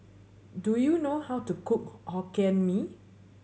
do you know how to cook Hokkien Mee